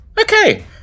Okay